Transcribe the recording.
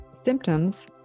Symptoms